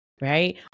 right